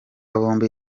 bombi